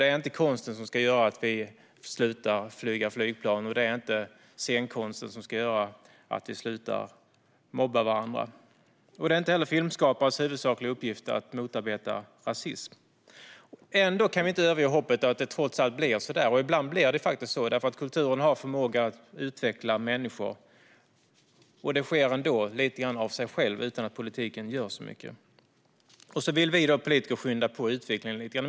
Det är inte konsten som ska göra att vi slutar åka flygplan, och det är inte scenkonsten som ska göra att vi slutar mobba varandra. Det är inte heller filmskapares huvudsakliga uppgift att motarbeta rasism. Ändå kan vi inte överge hoppet om att det trots allt blir så - och ibland blir det faktiskt så. Kulturen har nämligen en förmåga att utveckla människor, och det sker lite grann av sig självt utan att politiken gör så mycket. Sedan vill vi politiker skynda på utvecklingen.